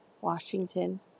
Washington